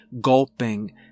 gulping